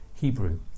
Hebrew